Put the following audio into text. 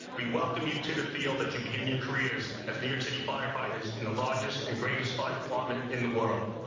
we welcome you to the field as you begin your career as as new, york, city firefighters in the largest and greatest fire department in the world.